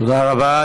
תודה רבה.